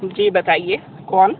जी बताइए कौन